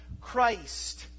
Christ